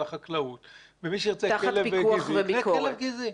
החקלאות ומי שרוצה כלב גזעי יקנה כלב גזעי.